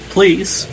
Please